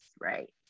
right